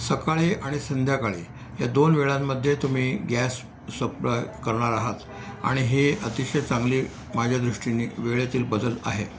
सकाळी आणि संध्याकाळी या दोन वेळांमध्ये तुम्ही गॅस सप्लाय करणार आहात आणि हे अतिशय चांगली माझ्या दृष्टीने वेळेतील बदल आहे